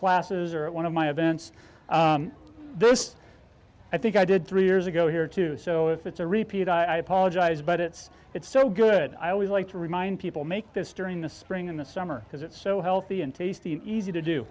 classes or at one of my events this i think i did three years ago here too so if it's a repeat i apologize but it's it's so good i always like to remind people make this during the spring in the summer because it's so healthy and tasty easy to do